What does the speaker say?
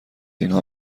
اینها